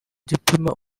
gipima